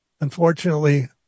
unfortunately